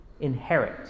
inherit